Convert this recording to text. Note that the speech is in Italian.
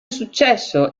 successo